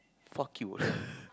fuck you